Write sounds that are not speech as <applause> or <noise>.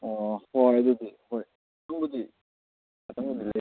ꯑꯣ ꯍꯣꯏ ꯑꯗꯨꯗꯤ ꯍꯣꯏ ꯇꯨꯝꯕꯗꯤ <unintelligible>